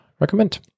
Recommend